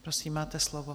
Prosím, máte slovo.